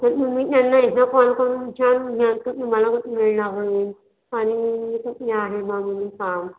तर मग तुम्ही त्यांना एकदा कॉल करून विचारून घ्या तुम्हाला किती वेळ लागेल आणि मी आहे मग काम